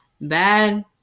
bad